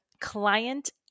client